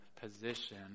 position